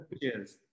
Cheers